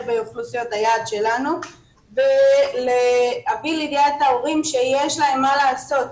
אוכלוסיות היעד שלנו ולהביא לידיעת ההורים שיש להם מה לעשות,